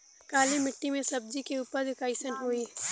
काली मिट्टी में सब्जी के उपज कइसन होई?